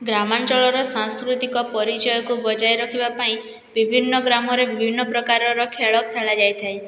ଗ୍ରାମାଞ୍ଚଳରେ ସାଂସ୍କୃତିକ ପରିଚୟକୁ ବଜାଇ ରଖିବାପାଇଁ ବିଭିନ୍ନ ଗ୍ରାମରେ ବିଭିନ୍ନପ୍ରକାରର ଖେଳ ଖେଳାଯାଇଥାଏ